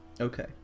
Okay